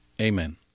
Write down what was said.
amen